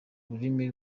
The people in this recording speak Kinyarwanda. ururimi